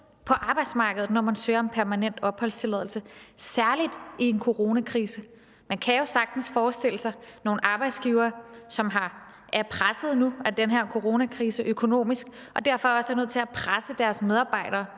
på arbejdsmarkedet, når man søger om permanent opholdstilladelse, særlig i en coronakrise? Man kan jo sagtens forestille sig nogle arbejdsgivere, som nu er presset økonomisk af den her coronakrise og derfor også er nødt til at presse deres medarbejdere